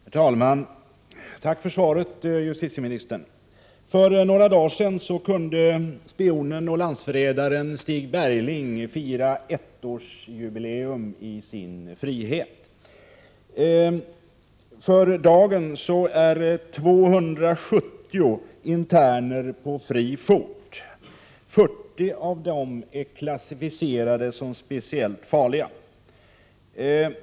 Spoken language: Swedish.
Herr talman! Tack för svaret, justitieministern. För några dagar sedan kunde spionen och landsförrädaren Stig Bergling fira jubileum — ett år i frihet. För dagen är 270 interner på fri fot. 40 av dem är klassificerade som speciellt farliga.